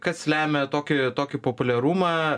kas lemia tokį tokį populiarumą